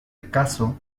acaso